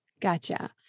Gotcha